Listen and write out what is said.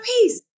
peace